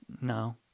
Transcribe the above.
no